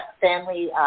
family